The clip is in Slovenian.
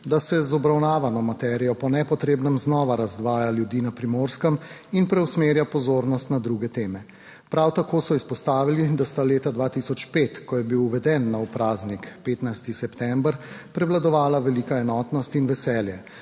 da se z obravnavano materijo po nepotrebnem znova razdvaja ljudi na Primorskem in preusmerja pozornost na druge teme. Prav tako so izpostavili, da sta leta 2005, ko je bil uveden nov praznik, 15. september, prevladovala velika enotnost in veselje,